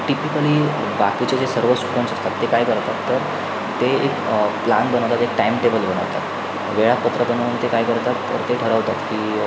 typically बाकीचे जे सर्व स्टुडंट्स असतात ते काय करतात तर ते एक प्लान बनवतात एक टाईमटेबल बनवतात वेळापत्रक बनवून ते काय करतात तर ते ठरवतात की